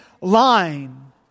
line